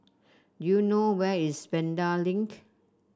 do you know where is Vanda Link